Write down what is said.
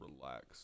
relax